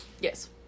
Yes